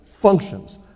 functions